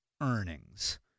earnings